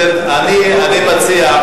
אני מציע,